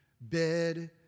bed